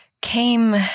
came